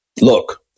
Look